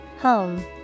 Home